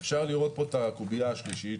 אפשר לראות פה את הקוביה השלישית,